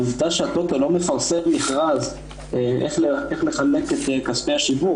העובדה שהטוטו לא מפרסם מכרז איך לחלק את כספי השיווק,